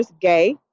gay